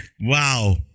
wow